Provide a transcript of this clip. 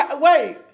Wait